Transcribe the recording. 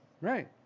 Right